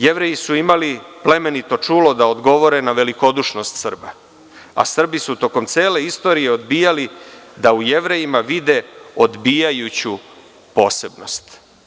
Jevreji su imali plemenito čulo da odgovore na velikodušnost Srba, a Srbi su tokom cele istorije odbijali da u Jevrejima vide odbijajuću posebnost.